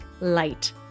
light